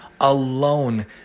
alone